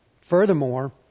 Furthermore